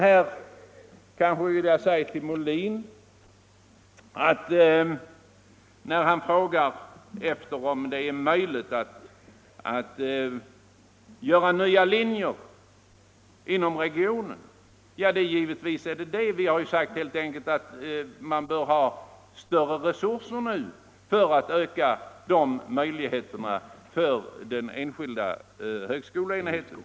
Herr Molin frågade om det är möjligt att göra nya linjer inom regionen. Givetvis är det så. Vi har sagt att man bör få större resurser än nu för att kunna öka de möjligheterna för den enskilda högskoleenheten.